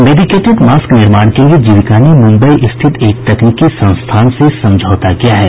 medicated mask निर्माण के लिए जीविका ने मुम्बई स्थित एक तकनीकी संस्थान से समझौता किया है